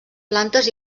plantes